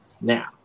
now